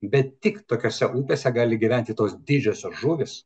bet tik tokiose upėse gali gyventi tos didžiosios žuvys